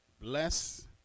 Bless